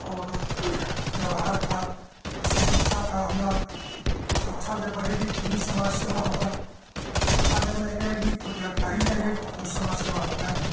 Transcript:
और त्योहार का इससे शिक्षा का हुआ शिक्षा जब बढ़ेगी तभी समाज सेवा होगी शिक्षा जब नहीं रहेगी तो जानकारी नहीं रहेगी तो समाज सेवा होगी नहीं